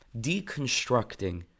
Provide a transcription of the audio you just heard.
deconstructing